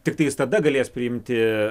tiktai jis tada galės priimti